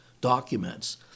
documents